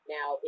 Now